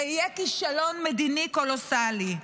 זה יהיה כישלון מדיני קולוסלי.